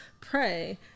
pray